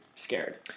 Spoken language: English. scared